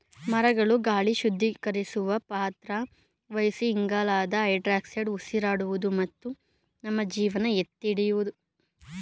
ಮರಗಳು ಗಾಳಿ ಶುದ್ಧೀಕರಿಸುವ ಪಾತ್ರ ವಹಿಸಿ ಇಂಗಾಲದ ಡೈಆಕ್ಸೈಡ್ ಉಸಿರಾಡುವುದು ಮತ್ತು ನಮ್ಮ ಜೀವನ ಎತ್ತಿಹಿಡಿದಿದೆ